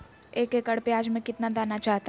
एक एकड़ प्याज में कितना दाना चाहता है?